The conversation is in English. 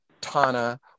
Tana